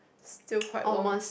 still quite long